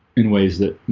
in ways that